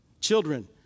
Children